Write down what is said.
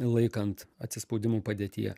laikant atsispaudimų padėtyje